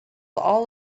all